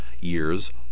years